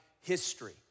history